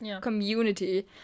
community